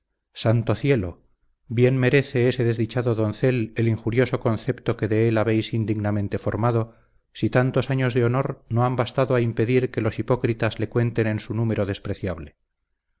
santo cielo bien me rece ese desdichado doncel el injurioso concepto que de él habéis indignamente formado si tantos años de honor no han bastado a impedir que los hipócritas le cuenten en su número despreciable